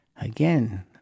again